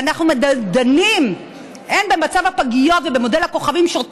ואנחנו דנים במצב הפגיות ובמודל הכוכבים שאותו